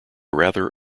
rather